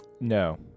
No